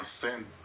sin